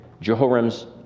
Jehoram's